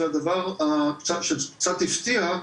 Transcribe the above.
והדבר שקצת הפתיע,